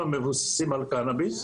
המבוססים על קנביס.